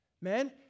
Man